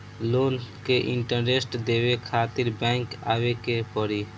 Loan के interest देवे खातिर बैंक आवे के पड़ी?